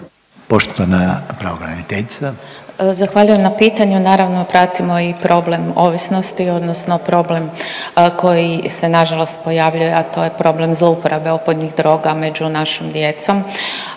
**Pirnat Dragičević, Helenca** Zahvaljujem na pitanju. Naravno pratimo i problem ovisnosti odnosno problem koji se nažalost pojavljuje, a to je problem zlouporabe opojnih droga među našom djecom.